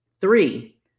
three